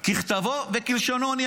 אגיש אותו ככתבו וכלשונו.